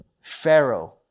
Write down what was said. Pharaoh